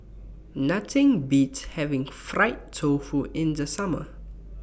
Nothing Beats having Fried Tofu in The Summer